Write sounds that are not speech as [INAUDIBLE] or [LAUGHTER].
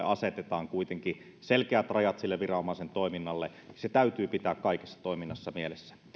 [UNINTELLIGIBLE] asetetaan kuitenkin selkeät rajat sille viranomaisen toiminnalle täytyy pitää kaikessa toiminnassa mielessä